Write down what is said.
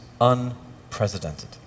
unprecedented